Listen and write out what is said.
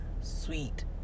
sweet